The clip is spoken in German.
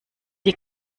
die